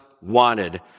wanted